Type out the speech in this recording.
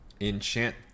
enchant